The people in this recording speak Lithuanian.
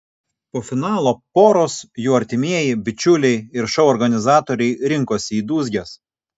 po finalo poros jų artimieji bičiuliai ir šou organizatoriai rinkosi į dūzges